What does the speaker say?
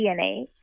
DNA